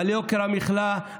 על יוקר המחיה,